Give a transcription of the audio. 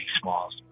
Smalls